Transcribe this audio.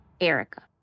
Erica